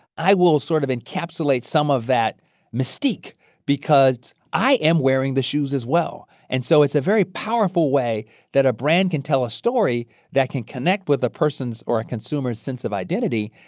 i will sort of encapsulate some of that mystique because i am wearing the shoes as well and so it's a very powerful way that a brand can tell a story that can connect with a person's or a consumer's sense of identity,